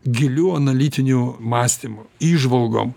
giliu analitiniu mąstymu įžvalgom